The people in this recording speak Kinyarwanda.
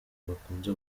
bakunze